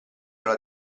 alla